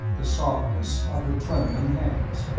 the softness of her trembling hands.